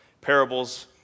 parables